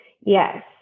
Yes